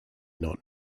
not